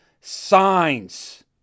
signs